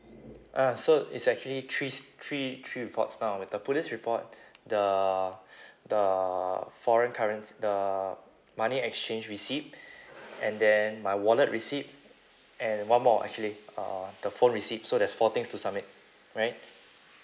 ah so it's actually three three three reports now with the police report the the foreign currenc~ the money exchange receipt and then my wallet receipt and one more actually uh the phone receipt so there's four things to submit right